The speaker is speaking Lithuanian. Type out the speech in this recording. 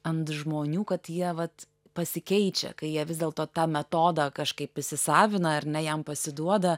ant žmonių kad jie vat pasikeičia kai jie vis dėlto tą metodą kažkaip įsisavina ar ne jam pasiduoda